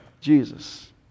Jesus